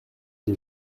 des